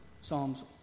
Psalms